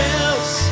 else